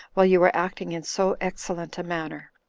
while you are acting in so excellent a manner.